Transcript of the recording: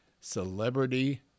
celebrity